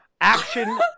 action